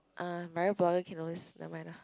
ah marine nevermind lah